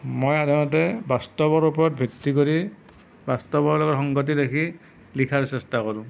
মই সাধাৰণতে বাস্তৱৰ ওপৰত ভিত্তি কৰি বাস্তৱৰ লগত সংগতি ৰাখি লিখাৰ চেষ্টা কৰোঁ